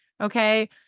okay